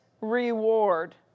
reward